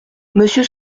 monsieur